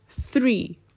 three